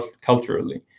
culturally